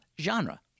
Genre